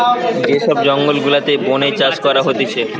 যে সব জঙ্গল গুলাতে বোনে চাষ করা হতিছে